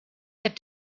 that